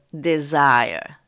desire